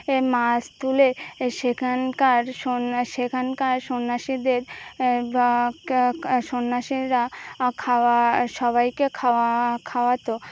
এ মাস তুলে সেখানকার সন্না সেখানকার সন্ন্যাসীদের সন্ন্যাসীরা খাওয়া সবাইকে খাওয়া খাওয়াতো